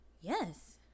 yes